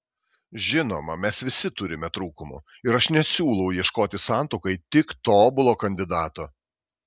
žinoma mes visi turime trūkumų ir aš nesiūlau ieškoti santuokai tik tobulo kandidato